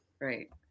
right